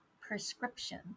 prescription